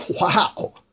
wow